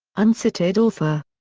uncited author.